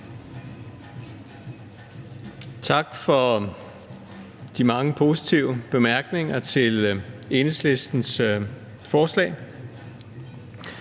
Tak for de mange positive bemærkninger til Enhedslistens forslag.